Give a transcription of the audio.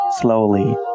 Slowly